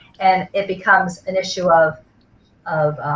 and it becomes an issue of of